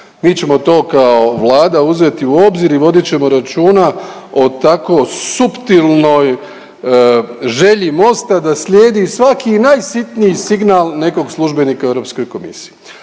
Mi ćemo to kao Vlada uzeti u obzir i vodit ćemo računa o tako suptilnoj želji Mosta da slijedi svaki i najsitniji signal nekog službenika u Europskoj komisiji.